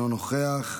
אינו נוכח,